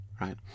right